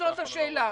זאת השאלה.